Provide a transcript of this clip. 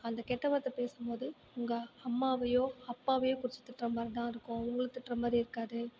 அந்த கெட்ட வார்த்தை பேசும்போது உங்கள் அம்மாவையோ அப்பாவையோ பிடிச்சு திட்டுற மாதிரிதா இருக்கும் உங்களை திட்டுற மாதிரி இருக்காது